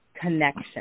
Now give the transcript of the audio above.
connection